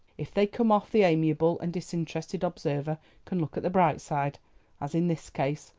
if they come off the amiable and disinterested observer can look at the bright side as in this case,